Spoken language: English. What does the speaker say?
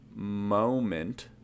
moment